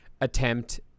attempt